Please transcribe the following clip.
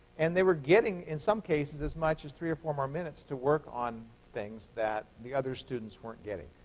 and they were getting, in some cases, as much as three or four more minutes to work on things that the other students weren't getting.